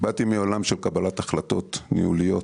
באתי מעולם של קבלת החלטות ניהוליות.